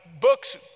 books